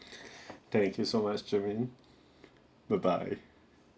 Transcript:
thank you so much jermaine bye bye